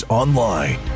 online